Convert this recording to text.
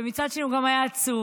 ומצד שני מאוד עצוב.